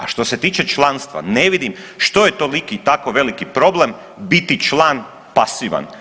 A što se tiče članstva ne vidim što je toliki i tako veliki problem biti član pasivan.